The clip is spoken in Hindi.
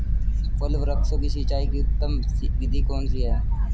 फल वृक्षों की सिंचाई की उत्तम विधि कौन सी है?